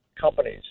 companies